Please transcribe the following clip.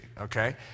okay